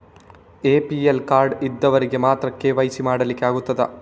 APL card ಇದ್ದವರಿಗೆ ಮಾತ್ರ KYC ಮಾಡಲಿಕ್ಕೆ ಆಗುತ್ತದಾ?